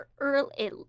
early